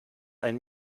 ein